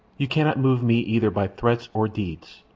you cannot move me either by threats or deeds.